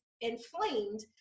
inflamed